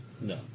No